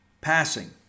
passing